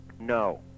No